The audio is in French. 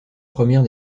première